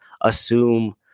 assume